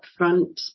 upfront